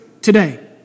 today